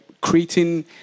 creating